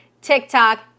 TikTok